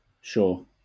Sure